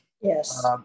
Yes